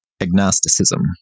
agnosticism